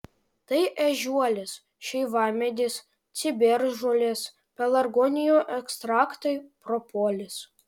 tai ežiuolės šeivamedis ciberžolės pelargonijų ekstraktai propolis